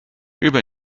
日本